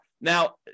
Now